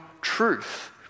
truth